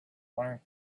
learned